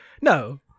no